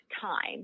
time